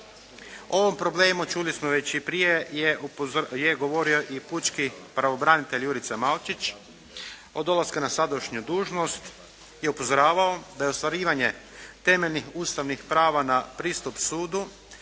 Ovom problemu čuli smo već i prije je govorio i pučki pravobranitelj Jurica Malčić. Od dolaska na sadašnju dužnost je upozoravao da je ostvarivanje temeljnih ustavnih prava na pristup sudu